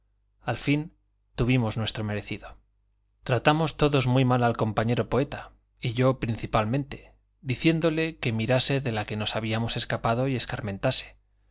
al fin tuvimos nuestro merecido tratamos todos muy mal al compañero poeta y yo principalmente diciéndole que mirase de la que nos habíamos escapado y escarmentase